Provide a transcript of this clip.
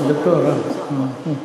דוקטור, אה.